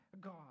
God